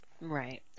right